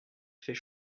fait